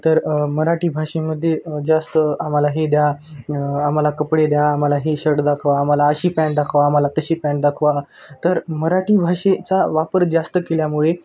तर मराठी भाषेमध्ये जास्त आम्हाला हे द्या आम्हाला कपडे द्या आम्हाला हे शर्ट दाखवा आम्हाला अशी पॅन्ट दाखवा आम्हाला तशी पॅन्ट दाखवा तर मराठी भाषेचा वापर जास्त केल्यामुळे